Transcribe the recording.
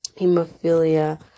hemophilia